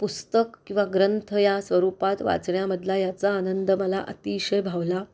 पुस्तक किंवा ग्रंथ या स्वरूपात वाचण्यामधला याचा आनंद मला अतिशय भावला